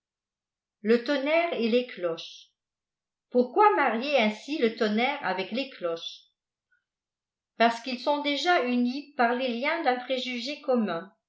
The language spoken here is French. le lonnerre et les cloches pourquoi marier ainsi le tonnerre avec les cloches parce qnus sont déjà unis par les liens d un préjugé commun